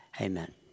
Amen